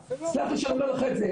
סלח לי שאני אומר את זה,